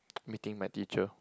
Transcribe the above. meeting my teacher